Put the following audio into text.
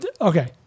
okay